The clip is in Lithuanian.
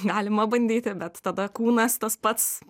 galima bandyti bet tada kūnas tas pats